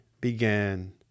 began